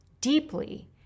deeply